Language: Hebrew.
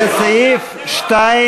סעיף 1,